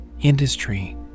industry